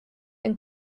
and